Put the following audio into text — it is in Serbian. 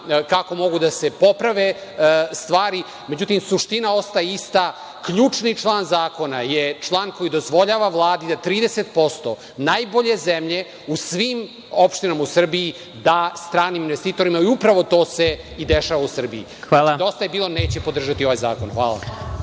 kako mogu da se poprave stvari. Međutim, suština ostaje ista, ključni član zakona je član koji dozvoljava Vladi da 30% najbolje zemlje u svim opštinama u Srbiji da stranim investitorima i upravo to se i dešava u Srbiji. „Dosta je bilo“ neće podržati ovaj zakon. Hvala.